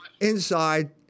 inside